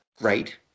Right